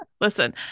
Listen